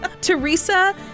Teresa